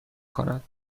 کند